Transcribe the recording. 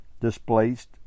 displaced